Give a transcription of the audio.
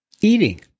eating